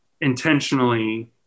intentionally